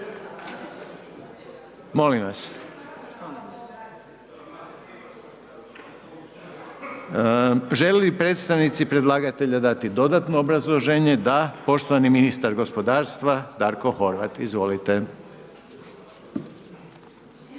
Molim vas. Žele li predstavnici predlagatelja dati dodatno obrazloženje? Da. Poštovani ministar gospodarstva Darko Horvat. Izvolite.